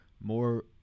More